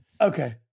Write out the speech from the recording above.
Okay